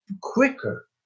quicker